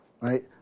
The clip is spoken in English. right